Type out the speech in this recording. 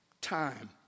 Time